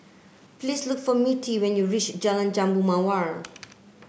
please look for Mittie when you reach Jalan Jambu Mawar